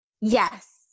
yes